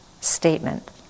statement